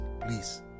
please